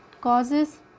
causes